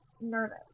nervous